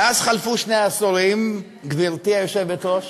מאז חלפו שני עשורים, גברתי היושבת-ראש,